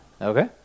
Okay